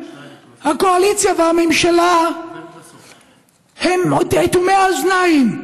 הקואליציה והממשלה הם אטומי אוזניים,